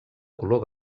color